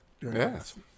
Yes